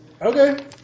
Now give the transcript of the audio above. Okay